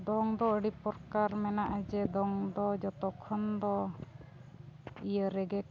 ᱫᱚᱝ ᱫᱚ ᱟᱹᱰᱤ ᱯᱨᱚᱠᱟᱨ ᱢᱮᱱᱟᱜᱼᱟ ᱡᱮ ᱫᱚᱝ ᱫᱚ ᱡᱚᱛᱚ ᱠᱷᱚᱱ ᱫᱚ ᱤᱭᱟᱹ ᱨᱮᱜᱮ